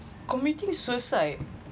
committing suicide